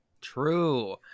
true